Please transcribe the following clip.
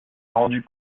rendu